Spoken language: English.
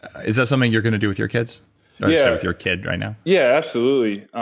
is that something you're going to do with your kids yeah with your kid right now? yeah, absolutely.